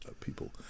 people